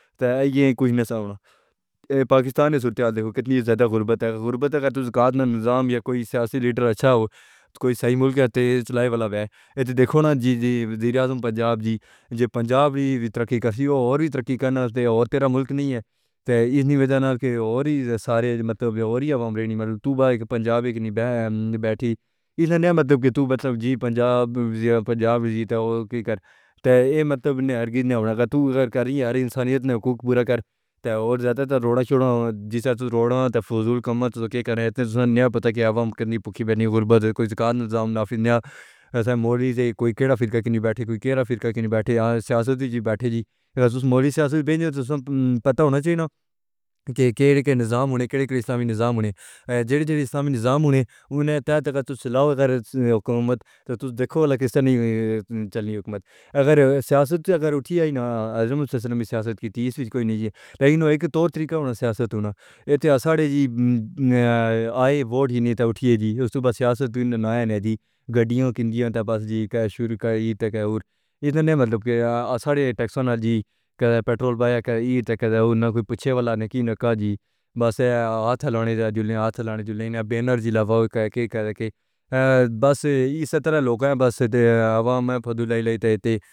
طیب یہ کچھ نہ سنا اے پاکستانی ستیا دیکھو کتنی زیادہ غربت ہے غربت ہے تو زکوٰۃ کا نظام یا کوئی سیاسی لیڈر اچھا ہو کوئی صحیح ملک تے چلائی والا ہے عتیہ دیکھو نا ج-جی وزیراعظم پنجاب جی پنجاب دی ترقی کسی ہو اور وی ترقی کرنا تے اور تیرا ملک نہیں ہے تے اسلیے وجہ نا کے اوری سارے مطلب اوری عوام ریڈی میں تو باہ ایک پنجابی نہیں بی-بیٹھی اس نے یہ مطلب کہ تو مطلب جی پنجاب جی پنجاب جیتے وہ کر تے یہ مطلب نہ ہرگز نہ ہوگا تو اگر کر ہی ہے اے انسانیت نے حقوق پورا کر تے اور زیادہ تر روڑاں چوڑھواں جسے تو روڑاں تے فضول کام نہیں تو کے کریں پتا نہیں پکھی بھری غربت ہے کوئی زکوٰۃ نظام نہیں ہے مولی نہیں ہے کیسے فرقے کے نی بیٹھے کوئی کیڑا فرقہ کے نہیں بیٹھے سیاستوں جی بیٹھے جی مولوی سیاست گے ہیں تو پتا ہونا چاہیے نا کہ کے کے نظام ہونے کے لئے اسلامی نظام ہونے سے پھر اسلامی نظام ہونے والی حکومت تو دیکھو الگ سا چلی حکومت اگر سیاست اگر اٹھی آئی نا۔ حضرت محمد صلی اللہ علیہ وسلم نے بھی سیاست کی تھی اس میں کچھ نہیں ہے لیکن ایک طور طریقہ سے سیاست ہونی چاہیے تے اساڑے جی آئے ووٹ ہی نہیں تے اٹھیے جی اس تو سیاست نہ آئے نہ دی گڈیوں کی دی تے بس جی شرو کا عید تے کہ اور اتنی مطلب کہ اساڑے ٹیکسوں نال جی کہ پٹرول بایا کہ عید تے کہ نہ کوئی پچھے والا نہ کی نہ کاہ جی بس ہاتھ لانے جا رہے ہاتھ لانے جلانے بینر لاوا کے کے کے بس اس طرح لوکہ بس عوام پھدولے ہیں تے